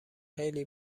خیلی